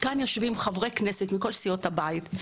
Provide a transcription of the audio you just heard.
כאן יושבים חברי הכנסת מכל סיעות הבית,